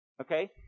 Okay